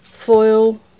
foil